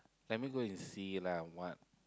let me go and see lah what